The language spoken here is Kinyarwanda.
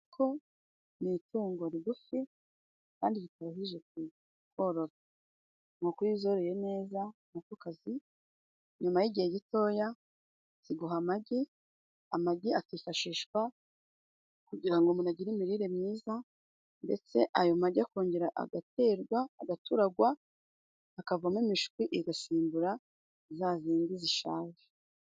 Inkoko ni itungo rigufi kandi ritaruhije korora, inkoko iyo uzoroye neza inkoko kazi nyuma y'igihe gitoya ziguha amagi, amagi akifashishwa kugira ngo umuntu agire imirire myiza, ndetse ayo magi akongera agaterwa agaturagwa akavamo imishwi igasimbura zazindi zishaje.